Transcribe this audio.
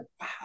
wow